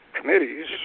committees